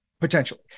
Potentially